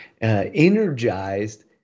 energized